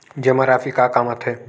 जमा राशि का काम आथे?